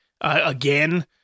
again